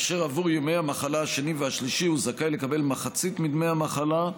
עבור ימי המחלה השני והשלישי הוא זכאי לקבל מחצית מדמי המחלה,